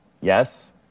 Yes